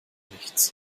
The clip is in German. nichts